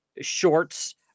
Shorts